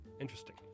Interesting